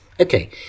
Okay